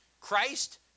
Christ